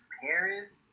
Paris